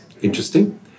interesting